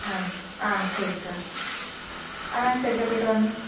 ஆ ஆ சரிக்கா ஆ சரிக்கா போய்விட்டு வாங்க